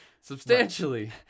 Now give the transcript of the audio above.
Substantially